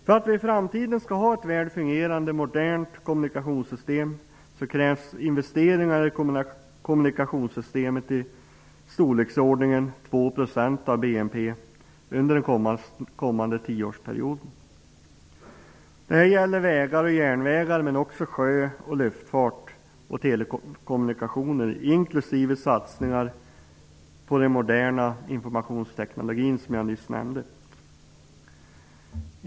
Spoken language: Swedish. För att vi i framtiden skall ha ett väl fungerande, modernt kommunikationssystem krävs investeringar i kommunikationssystemet i storleksordningen 2 % av BNP. Det gäller vägar och järnvägar men också sjö och luftfart samt telekommunikationer, inklusive satsningar på den moderna informationsteknologin, som jag nyss nämnde.